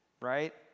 right